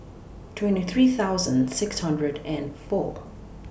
twenty three thousand six hundred and four